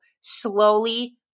slowly